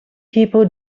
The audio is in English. people